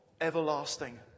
everlasting